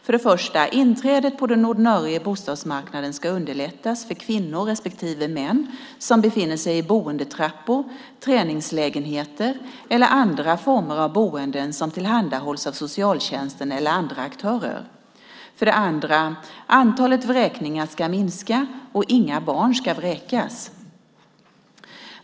För det första: Inträdet på den ordinarie bostadsmarknaden ska underlättas för kvinnor respektive män som befinner sig i boendetrappor, träningslägenheter eller andra former av boenden som tillhandahålls av socialtjänsten eller andra aktörer. För det andra: Antalet vräkningar ska minska och inga barn ska vräkas.